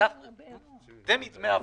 מדמי האבטלה.